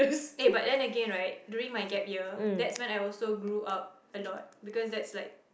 eh but then again right during my gap year that's when I also grew up a lot because that's like